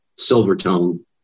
Silvertone